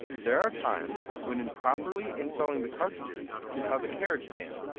there are times when improperly installing the cartridges can cause a carriage jam.